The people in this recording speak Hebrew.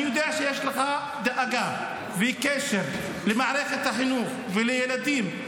אני יודע שיש לך דאגה וקשר למערכת החינוך ולילדים.